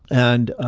and